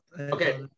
Okay